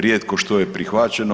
Rijetko što je prihvaćeno.